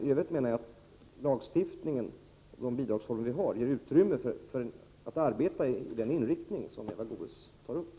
I övrigt anser jag att lagstiftningen och de bidragsformer vi har ger utrymme för att arbeta med den inriktning som Eva Goés har förordat.